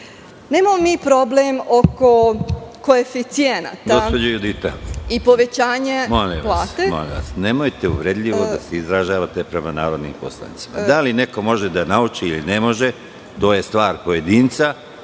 mi problem oko koeficijenata i povećanja plata.